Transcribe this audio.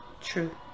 True